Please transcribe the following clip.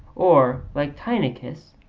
or, like tynnichus,